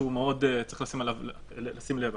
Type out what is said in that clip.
לאחר